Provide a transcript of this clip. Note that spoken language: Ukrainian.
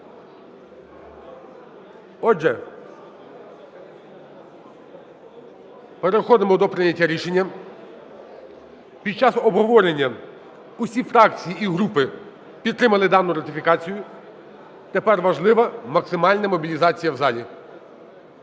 Отже, переходимо до прийняття рішення. Під час обговорення усі фракції і групи підтримали дану ратифікацію, тепер важлива максимальна мобілізація в залі,